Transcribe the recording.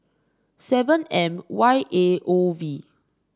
seven M Y A O V